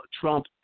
Trump